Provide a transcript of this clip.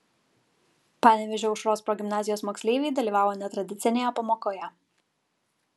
panevėžio aušros progimnazijos moksleiviai dalyvavo netradicinėje pamokoje